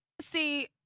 See